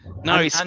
No